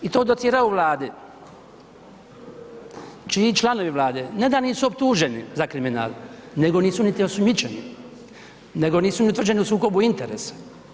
I to docira u Vladi čiji članovi ne da nisu optuženi za kriminal, nego nisu niti osumnjičeni, nego nisu ni utvrđeni u sukobu interesa.